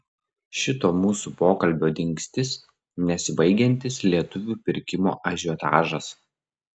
šito mūsų pokalbio dingstis nesibaigiantis lietuvių pirkimo ažiotažas